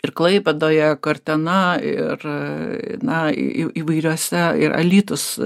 ir klaipėdoje kartena ir na į įvairiuose ir alytus